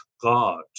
God